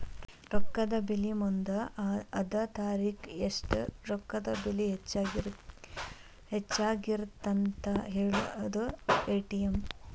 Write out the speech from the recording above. ರೊಕ್ಕದ ಬೆಲಿ ಮುಂದ ಅದ ತಾರಿಖಿಗಿ ಎಷ್ಟ ರೊಕ್ಕದ ಬೆಲಿ ಹೆಚ್ಚಾಗಿರತ್ತಂತ ಹೇಳುದಾ ಟಿ.ವಿ.ಎಂ